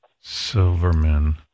Silverman